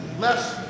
less